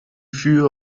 few